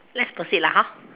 let's proceed lah hor